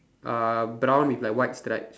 uh brown with like white stripes